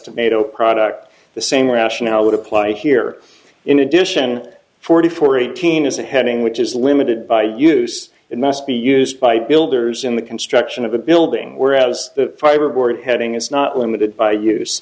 tomato product the same rationale would apply here in addition forty four eighteen is a heading which is limited by use and must be used by builders in the construction of a building whereas the fiberboard heading is not limited by use